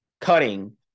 cutting